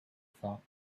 thought